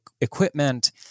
equipment